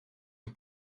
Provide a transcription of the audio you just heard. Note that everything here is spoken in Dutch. een